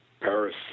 Paris